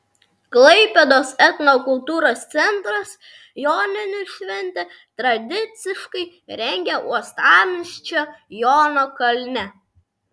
klaipėdos etnokultūros centras joninių šventę tradiciškai rengia uostamiesčio jono kalne